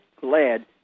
glad